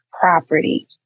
property